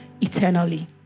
eternally